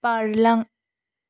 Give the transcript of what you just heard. बारलां